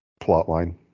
plotline